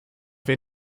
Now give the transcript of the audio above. wir